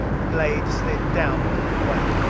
the glade slid downward and away.